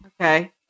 Okay